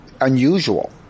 unusual